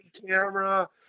camera